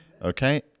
Okay